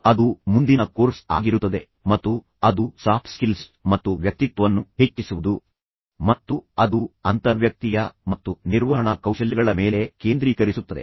ಅದು ಮುಂದಿನ ಕೋರ್ಸ್ ಆಗಿರುತ್ತದೆ ಮತ್ತು ಅದು ಸಾಫ್ಟ್ ಸ್ಕಿಲ್ಸ್ ಮತ್ತು ವ್ಯಕ್ತಿತ್ವವನ್ನು ಹೆಚ್ಚಿಸುವುದು ಮತ್ತು ಅದು ಅಂತರ್ವ್ಯಕ್ತೀಯ ಮತ್ತು ನಿರ್ವಹಣಾ ಕೌಶಲ್ಯಗಳ ಮೇಲೆ ಕೇಂದ್ರೀಕರಿಸುತ್ತದೆ